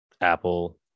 Apple